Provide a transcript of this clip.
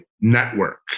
network